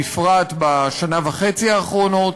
בפרט בשנה וחצי האחרונה.